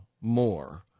more